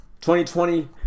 2020